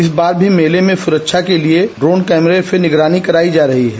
इस वार भी मेले मे सुरक्षा के लिये ड्रोन कैमरे से निगरानी कराई जा रही है